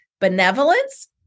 benevolence